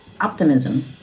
optimism